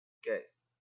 gas